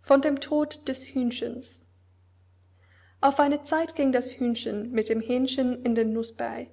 von dem tod des hühnchens auf eine zeit ging das hühnchen mit dem hähnchen in den nußberg